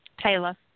Taylor